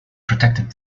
protected